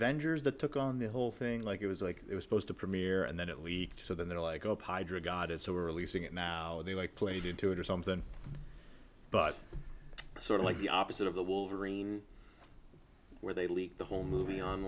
vendors that took on the whole thing like it was like it was supposed to premiere and then it leaked so then they're like up hydra got it so early seeing it now they like played into it or something but sort of like the opposite of the wolverine where they leaked the whole movie on